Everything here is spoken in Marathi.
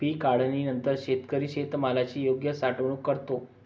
पीक काढणीनंतर शेतकरी शेतमालाची योग्य साठवणूक करतो